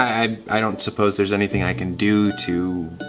i. i don't suppose there's anything i can do to.